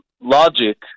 logic